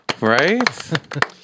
Right